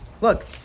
Look